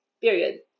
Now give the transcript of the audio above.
Period